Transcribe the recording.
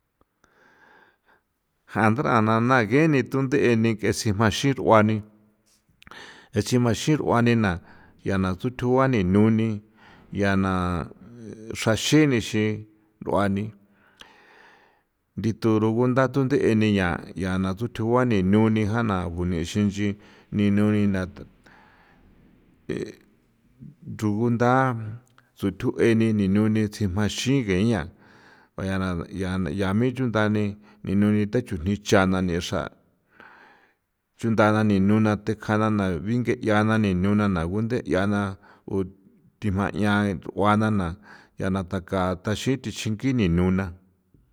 Ja ndarana na geni thunthe eni ke ximaxi r'uani ge ximaxi r'uani na ya na tsuthuani nuni ya na xaxe nixi r'uani ndithu rugunda tunde eni ya ya na tsuthua ninu ni jan na gunixin nchi ninu nina rugunda tsuthueni ni nune tsji jmaxiye 'ian baya na ya na ya mi chuntha ni mi nenu ni the chujndi chana nixra chuntha na ni nuna thekjana na binye' 'ia na ni nuna na gunthe' 'ia na u tijma' 'ian t'uana na ya na takan thaxithi xingini nuna.